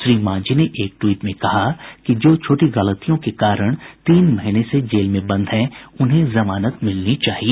श्री मांझी ने एक ट्वीट में कहा कि जो छोटी गलतियों के कारण तीन महीने से जेल में बंद हैं उन्हें जमानत मिलनी चाहिए